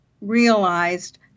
realized